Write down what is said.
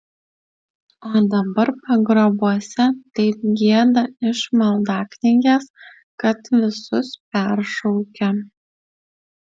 o dabar pagrabuose taip gieda iš maldaknygės kad visus peršaukia